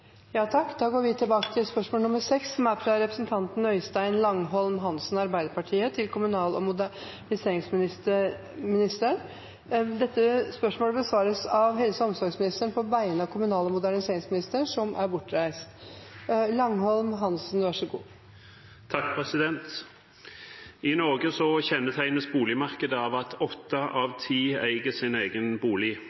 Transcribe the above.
Da går vi tilbake til spørsmål 6. Dette spørsmålet, fra representanten Øystein Langholm Hansen til kommunal- og moderniseringsministeren, vil bli besvart av helse- og omsorgsministeren på vegne av kommunal- og moderniseringsministeren, som er bortreist. «I Norge kjennetegnes boligmarkedet av at åtte av ti eier sin egen bolig. Med den kraftige veksten vi har sett i